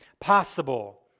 possible